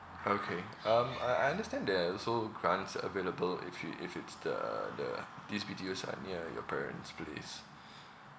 okay um uh I understand there are also grants available if you if it's the the these B_T_Os are near your parent's place